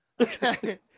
Okay